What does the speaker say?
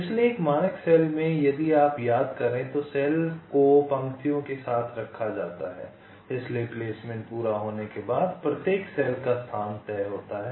इसलिए एक मानक सेल में यदि आप याद करें तो सेल को पंक्तियों के साथ रखा जाता है इसलिए प्लेसमेंट पूरा करने के बाद प्रत्येक सेल का स्थान तय होता है